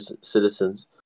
citizens